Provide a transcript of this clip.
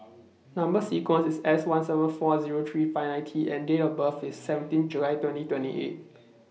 Number sequence IS S one seven four Zero three five nine T and Date of birth IS seventeen July twenty twenty eight